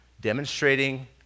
demonstrating